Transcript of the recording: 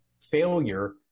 failure